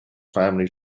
family